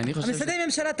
משרדי הממשלה,